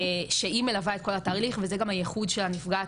שהיא מלווה את כל התהליך וזה גם הייחוד של הנפגעת